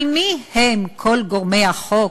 אבל מי הם כל גורמי החוק